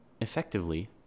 effectively